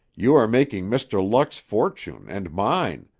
you are making mr. luck's fortune and mine,